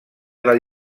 del